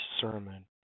sermon